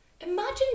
Imagine